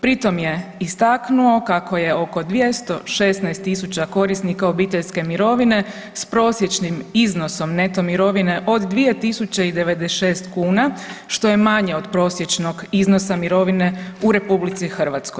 Pri tom je istaknuo kako je oko 216.000 korisnika obiteljske mirovine s prosječnim iznosom neto mirovine od 2.096 kuna, što je manje od prosječnog iznosa mirovine u RH.